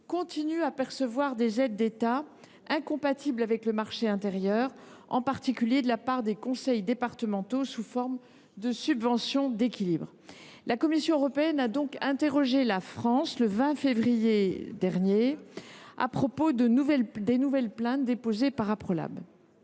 continuent de percevoir des aides d’État incompatibles avec le marché intérieur, en particulier de la part des conseils départementaux, sous forme de subventions d’équilibre. La Commission européenne a donc interrogé la France le 20 février dernier à propos de ces nouvelles plaintes. Mes services